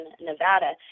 Nevada